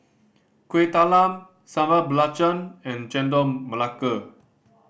Kueh Talam Sambal Belacan and Chendol Melaka